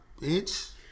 bitch